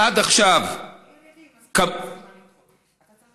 עד עכשיו כמויות הגשם